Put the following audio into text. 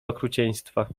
okrucieństwa